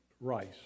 Rice